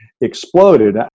exploded